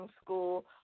school